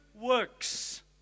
works